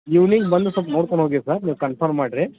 evening ಬಂದು ಸ್ವಲ್ಪ ನೋಡ್ಕೊಡು ಹೋಗಿ ಸರ್ ನೀವು ಕನ್ಫರ್ಮ್ ಮಾಡಿರಿ